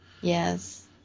Yes